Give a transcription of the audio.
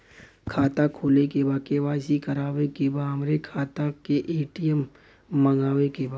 खाता खोले के बा के.वाइ.सी करावे के बा हमरे खाता के ए.टी.एम मगावे के बा?